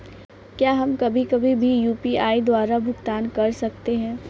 क्या हम कभी कभी भी यू.पी.आई द्वारा भुगतान कर सकते हैं?